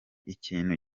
ikintu